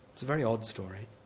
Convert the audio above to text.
it's a very odd story.